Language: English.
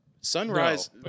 Sunrise